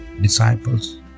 disciples